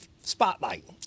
spotlight